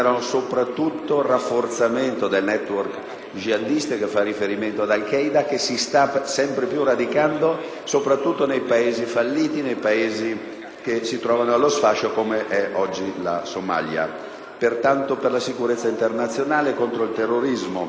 jihadista che fa riferimento ad Al Qaeda e che si sta sempre più radicando, in particolare, nei Paesi falliti che si trovano allo sfascio, come oggi è la Somalia. Per la sicurezza internazionale, contro il terrorismo e a favore del nostro sistema economico,